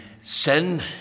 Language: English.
sin